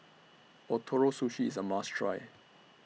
Ootoro Sushi IS A must Try